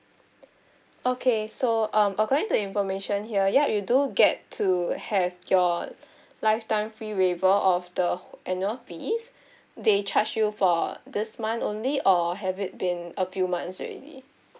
okay so um according to information here yup you do get to have your lifetime fee waiver of the annual fees they charge you for this month only or have it been a few months already